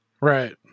Right